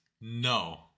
No